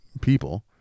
people